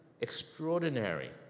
extraordinary